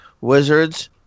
wizards